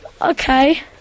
Okay